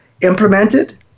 implemented